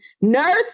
nurse